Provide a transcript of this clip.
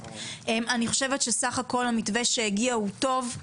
אני חושבת שסך הכל המתווה שהגיע הוא טוב,